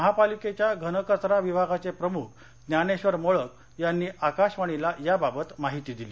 महापालिकेच्या घनकचरा विभागाचे प्रमुख ज्ञानेधर मोळक यांनी आकाशवाणीला याबाबत माहिती दिली